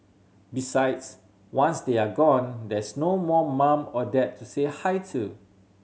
besides once they are gone there's no more mum or dad to say hi to